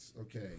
Okay